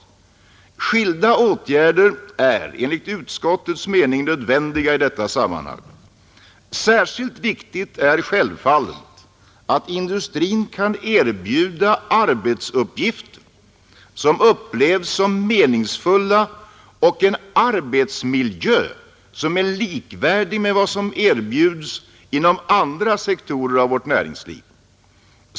Skilda åtgärder är enligt utskottets mening nödvändiga i detta sammanhang. Särskilt viktigt är självfallet att industrin kan erbjuda arbetsuppgifter som upplevs som meningsfulla och den arbetsmiljö som är likvärdig med vad som erbjuds inom andra sektorer av vårt näringsliv.